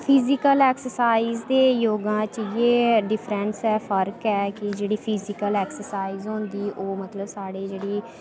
physical exercise ते योगां च इ'यै डिफ्रैंस ऐ फर्क ऐ कि जेह्ड़ी फिजिकल एक्सरसाइज होंदी ओह् मतलब साढ़े जेह्ड़ी